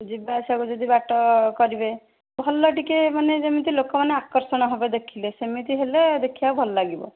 ଯିବା ଆସିବାକୁ ଯଦି ବାଟ କରିବେ ଭଲ ଟିକେ ମାନେ ଯେମିତି ଲୋକମାନେ ଆକର୍ଷଣ ହେବେ ଦେଖିଲେ ସେମିତି ହେଲେ ଦେଖିବାକୁ ଭଲ ଲାଗିବ